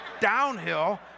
downhill